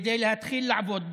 כדי להתחיל לעבוד בו,